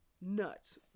nuts